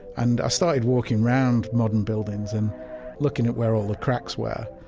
and i started walking around modern buildings and looking at where all the cracks were.